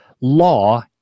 Law